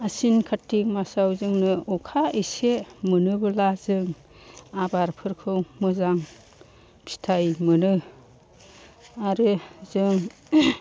आसिन खातिक मासाव जोङो अखा इसे मोनोब्ला जों आबादफोरखौ मोजां फिथाय मोनो आरो जों